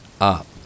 up